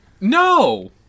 No